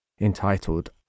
entitled